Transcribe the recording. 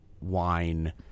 wine